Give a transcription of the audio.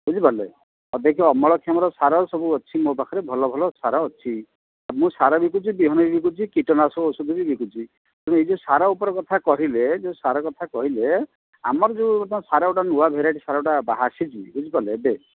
ବୁଝି ପାରିଲେ ଅଧିକ ଅମଳକ୍ଷମର ସାର ସବୁ ଅଛି ମୋ ପାଖରେ ଭଲ ଭଲ ସାର ଅଛି ମୁଁ ସାର ବିକୁଛି ବିହନ ବି ବିକୁଛି କୀଟନାଶକ ଔଷଧ ବି ବିକୁଛି ତେଣୁ ଏ ଯେଉଁ ସାର ଉପରେ କଥା କହିଲେ ଯେଉଁ ସାର କଥା କହିଲେ ଆମର ଯେଉଁ ବର୍ତ୍ତମାନ ସାର ଗୋଟେ ନୂଆ ଭେରାଇଟି ସାରଟା ଆସିଛି ବୁଝି ପାରିଲେ ଏବେ